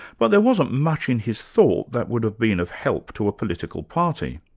but there wasn't much in his thought that would have been of help to a political party.